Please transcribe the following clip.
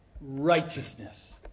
righteousness